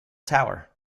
tower